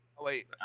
Wait